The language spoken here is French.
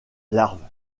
larves